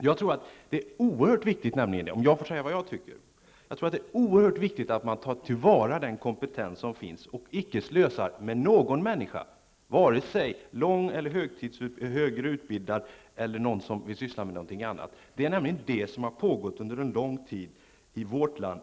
Jag tror att det är oerhört viktigt att man tar till vara den kompetens som finns, att man icke slösar med någon människa, vare sig hon är lång eller kortutbildad eller sysslar med något annat. Det är nämligen sådant som enligt min uppfattning pågått under en lång tid i vårt land.